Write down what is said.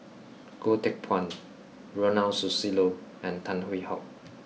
Goh Teck Phuan Ronald Susilo and Tan Hwee Hock